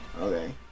okay